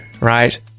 right